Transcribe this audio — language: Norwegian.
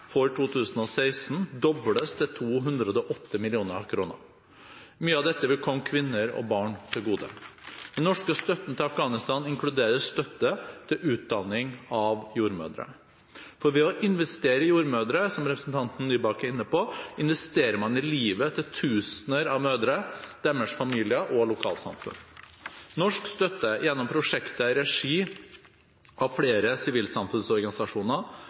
for 2016 dobles til 208 mill. kr. Mye av dette vil komme kvinner og barn til gode. Den norske støtten til Afghanistan inkluderer støtte til utdanning av jordmødre. For ved å investere i jordmødre, som representanten Nybakk er inne på, investerer man i livet til tusener av mødre, deres familier og lokalsamfunn. Norsk støtte gjennom prosjekter i regi av flere sivilsamfunnsorganisasjoner